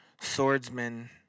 swordsman